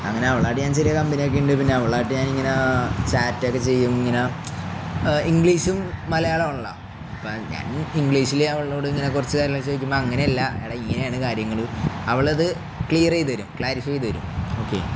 അങ്ങനെ അവളുമായിട്ട് ഞാൻ ചെറിയ കമ്പനിയൊക്കെയുണ്ട് പിന്നെ അവളുമായിട്ട് ഞാനിങ്ങനെ ചാറ്റൊക്കെ ചെയ്യും ഇങ്ങനെ ഇംഗ്ലീഷും മലയാളവുമാണല്ലോ അപ്പോള് ഞാൻ ഇംഗ്ലീഷില് അവളോട് ഇങ്ങനെ കുറച്ച് കാര്യങ്ങളൊക്കെ ചോദിക്കുമ്പോള് അങ്ങനെയല്ലെടാ ഇങ്ങനെയാണ് കാര്യങ്ങള് അവളത് ക്ലിയർ ചെയ്തുതരും ക്ലാരിഫൈ ചെയ്തുതരും ഓക്കെ